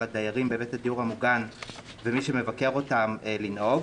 הדיירים בבית הדיור המוגן ומי שמבקר אותם לנהוג.